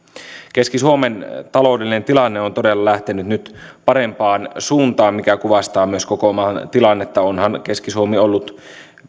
keski suomen taloudellinen tilanne on todella lähtenyt nyt parempaan suuntaan mikä kuvastaa myös koko maan tilannetta onhan keski suomi ollut